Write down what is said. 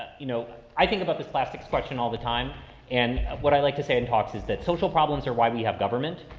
you know, i think about this plastics question all the time and what i like to say in talks is that social problems are why we have government.